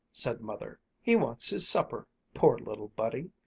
said mother. he wants his supper, poor little buddy!